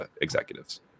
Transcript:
executives